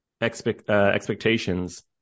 expectations